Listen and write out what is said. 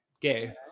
gay